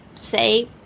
say